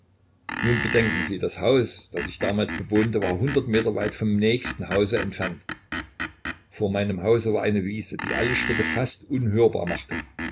nun bedenken sie das haus das ich damals bewohnte war meter weit vom nächsten hause entfernt vor meinem hause war eine wiese die alle schritte fast unhörbar machte